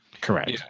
correct